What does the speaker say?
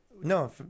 no